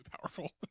powerful